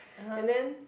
and then